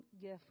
gift